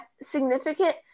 Significant